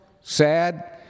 Sad